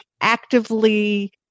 actively